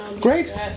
Great